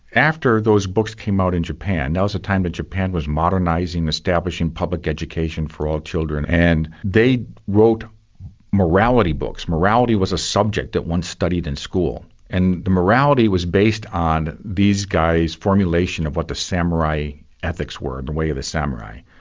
after those books came out in japan, that was the time that japan was modernising, establishing public education for all children and they wrote morality books. morality was a subject that one studied in school. and the morality was based on these guys' formulation of what the samurai ethics were, and the way of the samurai.